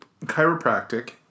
Chiropractic